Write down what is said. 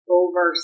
over